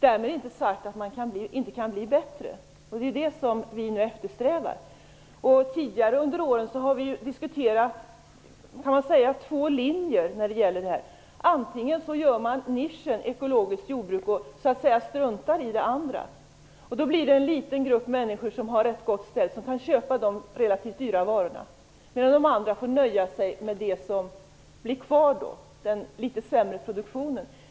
Därmed inte sagt att det inte kan bli bättre, och det är det som vi nu eftersträvar. Tidigare under åren har vi diskuterat två linjer. Den ena linjen är att man gör nischen med ekologiskt jordbruk och struntar i det andra. Då blir det en liten grupp människor som har det gott ställt som kan köpa de relativt dyra varorna, medan de andra får nöja sig med det som blir kvar, den litet sämre produktionen.